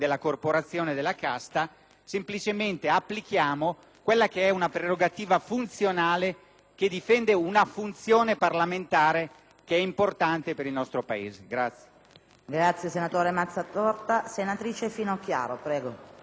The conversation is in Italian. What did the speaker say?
semplicemente applichiamo una prerogativa funzionale che difende una funzione parlamentare importante per il nostro Paese.